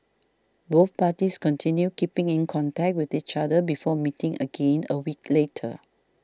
both parties continued keeping in contact with each other before meeting again a week later